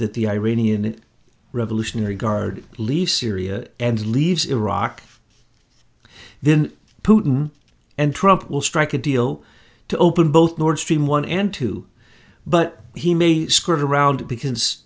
that the iranian revolutionary guard leave syria and leaves iraq then putin and trump will strike a deal to open both north stream one and two but he may skirt around because